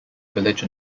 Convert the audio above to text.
village